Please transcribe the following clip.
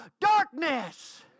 darkness